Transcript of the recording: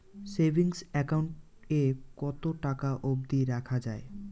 Savings account এ কতো টাকা অব্দি রাখা যায়?